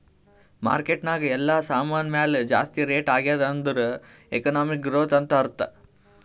market ನಾಗ್ ಎಲ್ಲಾ ಸಾಮಾನ್ ಮ್ಯಾಲ ಜಾಸ್ತಿ ರೇಟ್ ಆಗ್ಯಾದ್ ಅಂದುರ್ ಎಕನಾಮಿಕ್ ಗ್ರೋಥ್ ಅಂತ್ ಅರ್ಥಾ